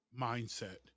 mindset